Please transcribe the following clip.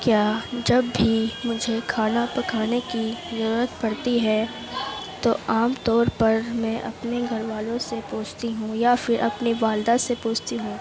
کیا جب بھی مجھے کھانا پکانے کی ضرورت پڑتی ہے تو عام طور پر میں اپنے گھر والوں سے پوچھتی ہوں یا پھر اپنے والدہ سے پوچھتی ہوں